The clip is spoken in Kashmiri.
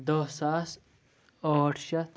دہ ساس ٲٹھ شیٚتھ